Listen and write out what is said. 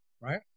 right